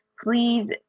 please